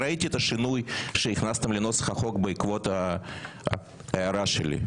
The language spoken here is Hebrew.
ראיתי את השינוי שהכנסתם לנוסח החוק בעקבות ההערה שלי,